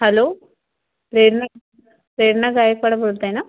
hello Prerna Prerna Gaikwad बोलत आहे ना